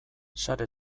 sare